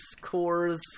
cores